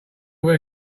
where